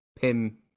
Pim